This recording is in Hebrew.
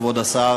כבוד השר,